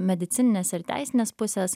medicininės ir teisinės pusės